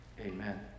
Amen